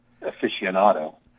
aficionado